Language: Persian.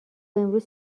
امروز